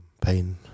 pain